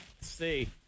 see